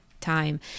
time